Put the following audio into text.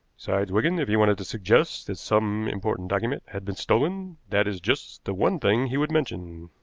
besides, wigan, if he wanted to suggest that some important document had been stolen, that is just the one thing he would mention.